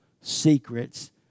secrets